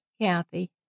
Kathy